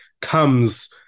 comes